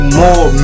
more